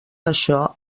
això